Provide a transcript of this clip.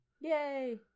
Yay